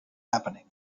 happening